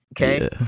okay